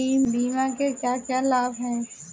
बीमा के क्या क्या लाभ हैं?